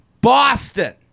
Boston